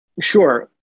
Sure